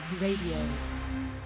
Radio